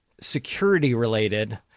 security-related